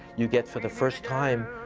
you get for the first time,